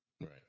Right